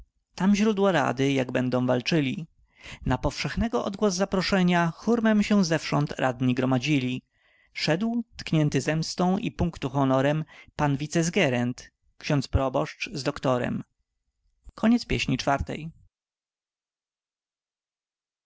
tam źródło rady jak będą walczyli na powszechnego odgłos zaproszenia hurmem się zewsząd radni gromadzili szedł tchnący zemstą uniesion honorem pan wicesgerent xiądz proboszcz z doktorem